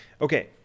okay